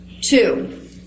Two